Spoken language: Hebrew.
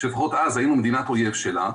אז היינו מדינת אויב שלה,